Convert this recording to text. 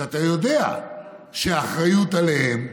כשאתה יודע שהאחריות עליהם,